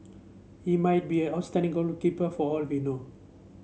he might be outstanding goalkeeper for all we know